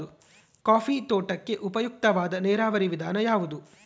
Coffee ತೋಟಕ್ಕೆ ಉಪಯುಕ್ತವಾದ ನೇರಾವರಿ ವಿಧಾನ ಯಾವುದು?